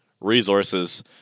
resources